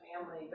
family